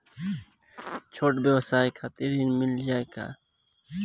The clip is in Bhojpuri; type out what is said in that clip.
छोट ब्योसाय के खातिर ऋण मिल जाए का?